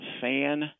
fan